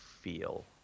feel